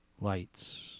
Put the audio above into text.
lights